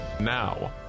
Now